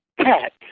cat